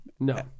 No